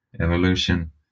evolution